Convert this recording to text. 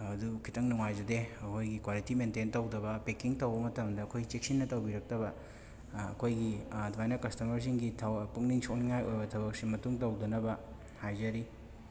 ꯑꯗꯨ ꯈꯤꯇꯪ ꯅꯨꯡꯉꯥꯏꯖꯗꯦ ꯑꯩꯈꯣꯏꯒꯤ ꯀ꯭ꯋꯥꯂꯤꯇꯤ ꯃꯦꯟꯇꯦꯟ ꯇꯧꯗꯕ ꯄꯦꯛꯀꯤꯡ ꯇꯧꯕ ꯃꯇꯝꯗ ꯑꯩꯈꯣꯏ ꯆꯦꯛꯁꯤꯟꯅ ꯇꯧꯕꯤꯔꯛꯇꯕ ꯑꯩꯈꯣꯏꯒꯤ ꯑꯗꯨꯃꯥꯏꯅ ꯀꯁꯇꯃꯔꯁꯤꯡꯒꯤ ꯊꯧ ꯄꯨꯛꯅꯤꯡ ꯁꯣꯛꯅꯤꯉꯥꯏ ꯑꯣꯏꯕ ꯊꯕꯛꯁꯦ ꯃꯇꯨꯡ ꯇꯧꯗꯅꯕ ꯍꯥꯏꯖꯔꯤ